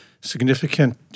significant